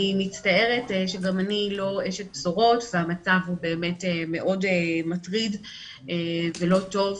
אני מצטערת שגם אני לא אשת בשורות והמצב הוא באמת מאוד מטריד ולא טוב.